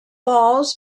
balls